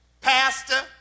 Pastor